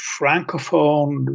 francophone